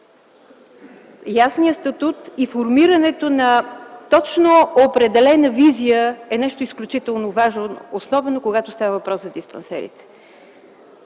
Ясният статут и формирането на точно определена визия е нещо изключително важно, особено когато става въпрос за диспансерите.